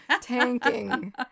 Tanking